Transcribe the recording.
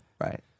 right